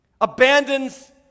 abandons